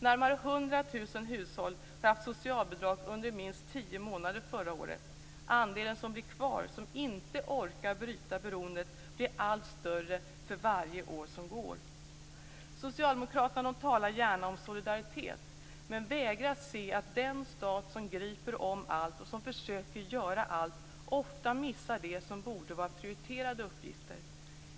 Närmare 100 000 hushåll har haft socialbidrag under minst tio månader förra året. Andelen som blir kvar som inte orkar bryta beroendet blir allt större för varje år som går. Socialdemokraterna talar gärna om solidaritet, men de vägrar se att den stat som griper om allt och som försöker göra allt ofta missar det som borde vara prioriterade uppgifter.